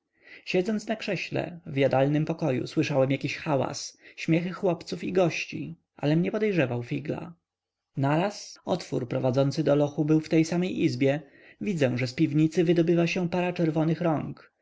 siedząc na krześle w jadalnym pokoju słyszałem jakiś hałas śmiechy chłopców i gości alem nie podejrzewał figla naraz otwór prowadzący do lochu był w tej samej izbie widzę że z piwnicy wydobywa się para czerwonych rąk